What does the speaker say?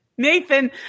Nathan